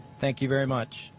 thank you very much.